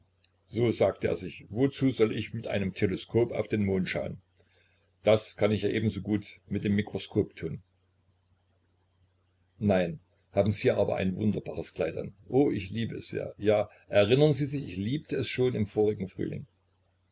so sagte er sich wozu soll ich mit dem teleskop auf den mond schauen das kann ich ja ebenso gut mit dem mikroskop tun nein haben sie aber ein wunderbares kleid an o ich liebe es sehr ja erinnern sie sich ich liebte es schon im vorigen frühling